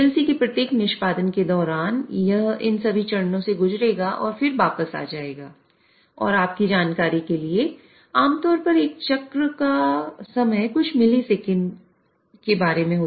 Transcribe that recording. PLC के प्रत्येक निष्पादन के दौरान यह इन सभी चरणों से गुजरेगा और फिर वापस आ जाएगा और आपकी जानकारी के लिए आमतौर पर चक्र का समय कुछ मिलीसेकंड के बारे में होता है